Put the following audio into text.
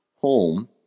home